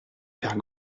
père